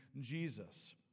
Jesus